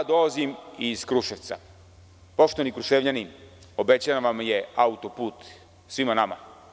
Dolazim iz Kruševca, poštovani Kruševljani obećan vam je auto-put, svima nama.